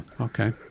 okay